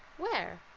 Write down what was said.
where?